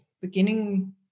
beginning